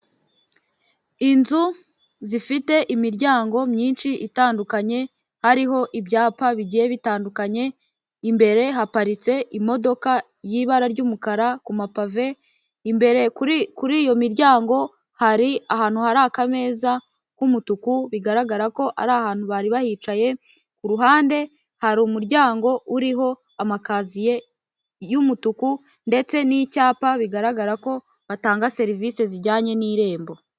Inzu zifite imiryango myinshi itandukanye hari ibyapa bigiye bitandukanye, imbere haparitse imodoka y'ibara ry'umukara ku mapave, imbere kuri iyo miryango hari ahantu hari akameza k'umutuku bigaragara ko ari ahantu bari bahicaye, ku ruhande hari umuryango uriho amakaziye y'umutuku ndetse n'icyapa bigaragara ko batanga serivisi zijyanye n'irembo.